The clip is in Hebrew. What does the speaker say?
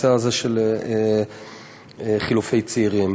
בנושא הזה של חילופי צעירים.